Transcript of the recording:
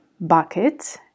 bucket